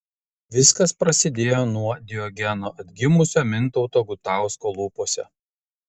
viskas prasidėjo nuo diogeno atgimusio mintauto gutausko lūpose